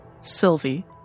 Sylvie